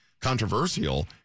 controversial